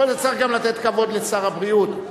בכל זאת צריך גם לתת כבוד לשר הבריאות,